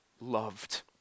loved